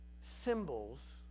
symbols